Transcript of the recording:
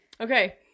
Okay